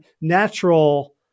natural